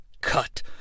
cut